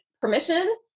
permission